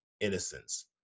innocence